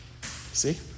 See